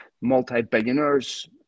multi-billionaires